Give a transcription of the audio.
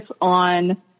on